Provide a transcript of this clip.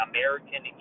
American